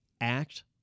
act